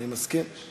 אני מסכים.